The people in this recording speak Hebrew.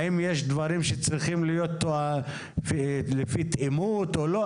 האם יש דברים שצריכים להיות על פי תאימות או לא,